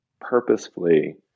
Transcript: purposefully